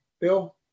Bill